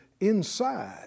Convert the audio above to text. inside